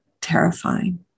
terrifying